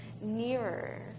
nearer